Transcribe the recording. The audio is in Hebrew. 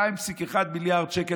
2.1 מיליארד שקל,